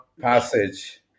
passage